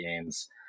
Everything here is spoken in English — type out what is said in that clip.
games